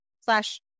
slash